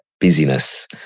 busyness